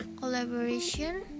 collaboration